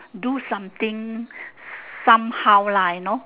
do something somehow lah you know